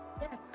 yes